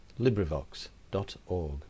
LibriVox.org